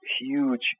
huge